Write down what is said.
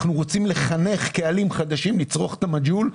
אנחנו רוצים לחנך קהלים חדשים לצרוך את המג'הול.